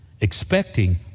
Expecting